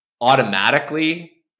automatically